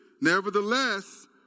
Nevertheless